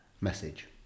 Message